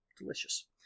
Delicious